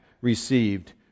received